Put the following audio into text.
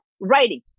writing